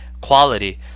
quality